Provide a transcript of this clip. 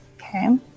Okay